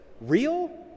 real